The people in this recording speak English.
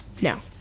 No